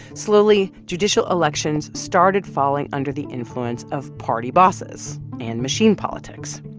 slowly, judicial elections started falling under the influence of party bosses and machine politics.